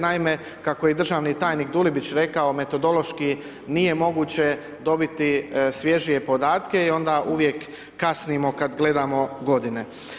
Naime, kako je i državni tajnik Dulibić rekao metodološki nije moguće dobiti svježije podatke i onda uvijek kasnimo kad gledamo godine.